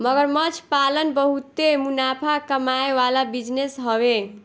मगरमच्छ पालन बहुते मुनाफा कमाए वाला बिजनेस हवे